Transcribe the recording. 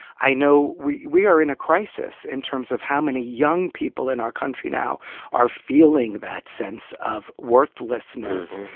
i know we we are in a crisis in terms of how many young people in our country now are feeling that sense of worthlessness.